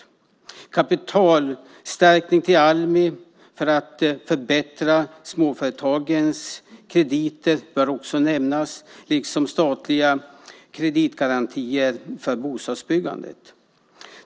En kapitalstärkning till Almi för att förbättra småföretagens möjligheter till krediter bör också nämnas liksom statliga kreditgarantier för bostadsbyggandet.